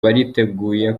bariteguye